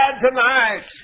tonight